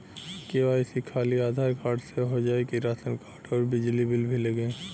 KYC खाली Aadhaar card से हो जाए कि राशन कार्ड अउर बिजली बिल भी लगी?